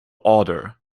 order